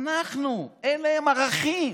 אין להם ערכים,